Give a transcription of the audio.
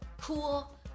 cool